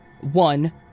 one-